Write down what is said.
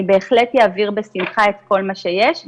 אני בהחלט אעביר בשמחה את כל מה שיש.